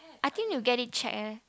I think you get it check leh